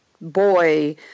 boy